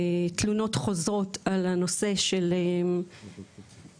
תלונות חוזרות על הנושא של נותני